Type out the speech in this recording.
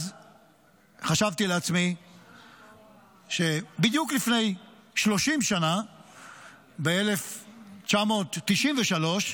אז חשבתי לעצמי שבדיוק לפני 30 שנה, ב-1993,